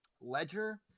Ledger